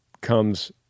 comes